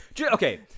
okay